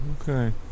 okay